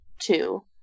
Two